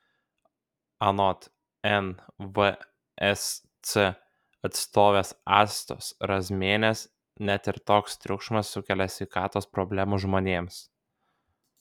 anot nvsc atstovės astos razmienės net ir toks triukšmas sukelia sveikatos problemų žmonėms